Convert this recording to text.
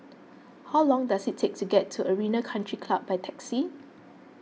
how long does it take to get to Arena Country Club by taxi